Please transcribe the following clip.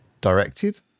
directed